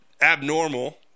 abnormal